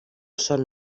són